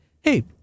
hey